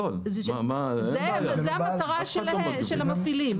זאת המטרה של המפעילים.